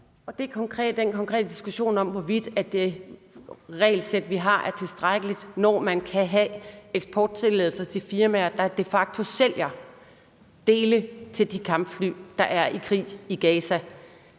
Det er den konkrete diskussion om, hvorvidt det regelsæt, vi har, er tilstrækkeligt, når man kan have eksporttilladelser til firmaer, der de facto sælger dele til de kampfly, der er i krig i Gaza.